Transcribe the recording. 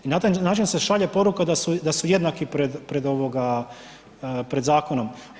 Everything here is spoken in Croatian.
I na taj način se šalje poruka da su jednaki pred zakonom.